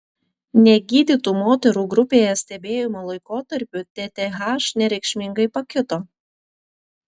negydytų moterų grupėje stebėjimo laikotarpiu tth nereikšmingai pakito